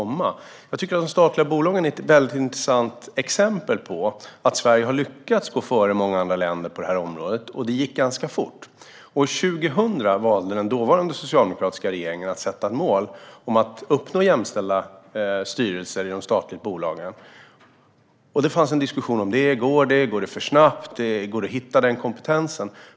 Jag tycker att de statliga bolagen är ett intressant exempel på att Sverige har lyckats gå före många andra länder på det här området, och det gick ganska fort. År 2000 valde den dåvarande socialdemokratiska regeringen att sätta ett mål om att uppnå jämställda styrelser i de statliga bolagen. Det fanns en diskussion om det: Går det? Går det för snabbt? Går det att hitta den kompetensen?